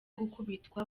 gukubitwa